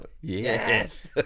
yes